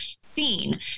seen